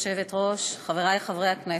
גברתי היושבת-ראש, חברי חברי הכנסת,